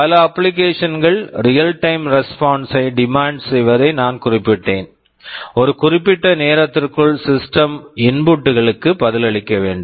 பல application application கள் real time real time response response ஐ டிமாண்ட் demand செய்வதை நான் குறிப்பிட்டேன் ஒரு குறிப்பிட்ட நேரத்திற்குள் சிஸ்டம் system இன்புட் input களுக்கு பதிலளிக்க வேண்டும்